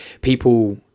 people